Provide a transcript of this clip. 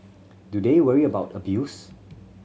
do they worry about abuse